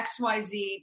XYZ